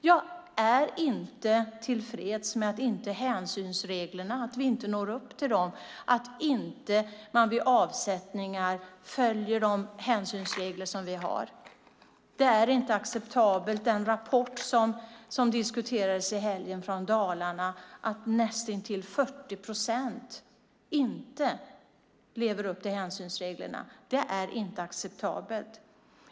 Jag är inte tillfreds med att vi inte når upp till hänsynsreglerna, att man inte vid avsättningar följer de hänsynsregler som vi har. En rapport från Dalarna som diskuterades i helgen visar att näst intill 40 procent inte lever upp till hänsynsreglerna. Det är inte acceptabelt.